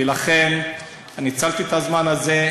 ולכן ניצלתי את הזמן הזה.